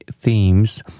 themes